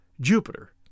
Jupiter